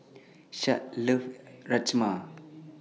Shad loves Rajma